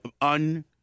un